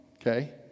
okay